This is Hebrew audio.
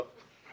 לא.